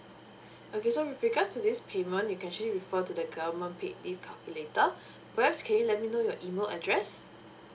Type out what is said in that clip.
okay so with regards to this payment you can actually refer to the government paid leave calculator perhaps can you let me know your email address